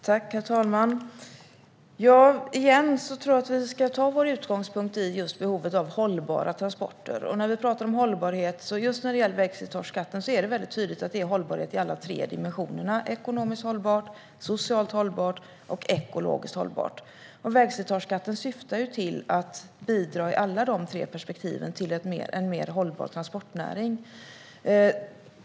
Herr talman! Återigen tror jag att vi ska ha behovet av hållbara transporter som utgångspunkt. När vi talar om hållbarhet och vägslitageskatten är det tydligt att det handlar om hållbarhet i alla tre dimensioner: ekonomisk, social och ekologisk hållbarhet. Vägslitageskatten syftar till att i alla dessa tre perspektiv bidra till en mer hållbar transportnäring.